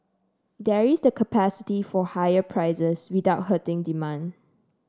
there is the capacity for higher prices without hurting demand